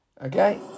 Okay